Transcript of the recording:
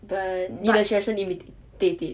but 你的学生 imitate it